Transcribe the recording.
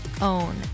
own